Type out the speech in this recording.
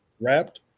Wrapped